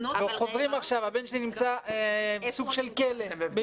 אבל חוזרים עכשיו הבן שלי נמצא בסוג של כלא.